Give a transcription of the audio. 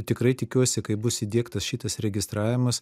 tikrai tikiuosi kai bus įdiegtas šitas registravimas